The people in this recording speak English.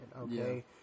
okay